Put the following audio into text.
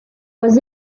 was